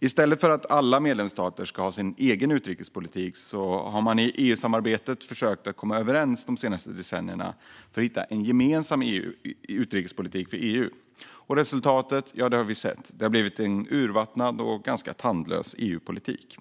I stället för att alla medlemsstater ska ha sin egen utrikespolitik har EU-samarbetet de senaste decennierna försökt komma överens om en gemensam utrikespolitik för EU. Resultatet har vi sett - det har blivit en urvattnad och ganska tandlös EU-politik.